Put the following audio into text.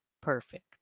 Perfect